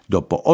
Dopo